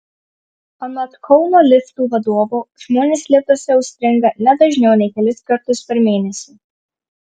anot kauno liftų vadovo žmonės liftuose užstringa ne dažniau nei kelis kartus per mėnesį